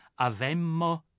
Avemmo